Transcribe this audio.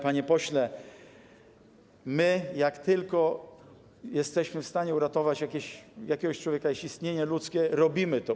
Panie pośle, my jak tylko jesteśmy w stanie uratować jakiegoś człowieka, jakieś istnienie ludzkie, robimy to.